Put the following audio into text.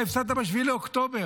אתה הפסדת ב-7 באוקטובר.